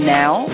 now